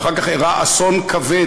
ואחר כך אירע אסון כבד